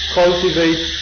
cultivate